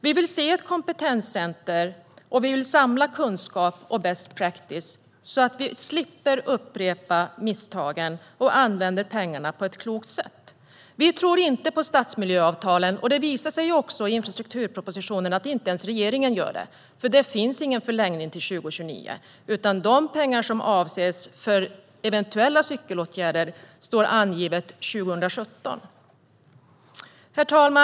Vi vill se ett kompetenscentrum och samla kunskap och best practice så att vi slipper upprepa misstagen och använder pengarna på ett klokt sätt. Vi tror inte på stadsmiljöavtalen. Infrastrukturpropositionen visar att inte ens regeringen gör det, för det finns ingen förlängning till 2029. De pengar som avsätts för eventuella cykelåtgärder anges för år 2017. Herr talman!